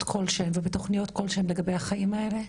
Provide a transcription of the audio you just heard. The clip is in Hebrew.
כלשהם ובתוכניות כלשהן לגבי החיים האלה,